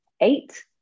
eight